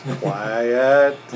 Quiet